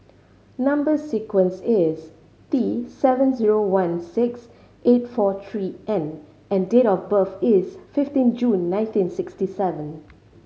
number sequence is T seven zero one six eight four three N and date of birth is fifteen June nineteen sixty seven